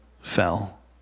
fell